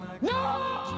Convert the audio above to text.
No